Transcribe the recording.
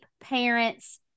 parents